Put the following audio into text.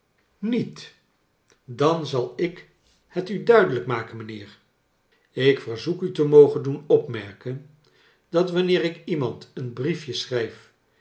niet dan zal ik het u duidelijk maken mijnheer ik verzoek u te mogen doen opmerken dat wanneer ik iemand een briefje schrijf